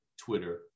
Twitter